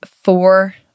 four